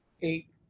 Eight